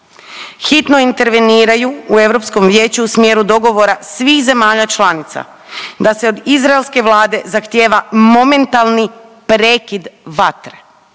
hitno interveniraju u Europskom vijeću u smjeru dogovora svih zemalja članica da se od izraelske vlade zahtjeva momentalni prekid vatre.